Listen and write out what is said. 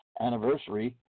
anniversary